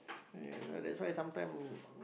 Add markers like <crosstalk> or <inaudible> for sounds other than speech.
<noise> that's why sometime